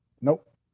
Nope